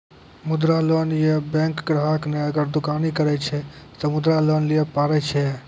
मुद्रा लोन ये बैंक ग्राहक ने अगर दुकानी करे छै ते मुद्रा लोन लिए पारे छेयै?